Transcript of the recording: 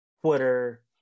twitter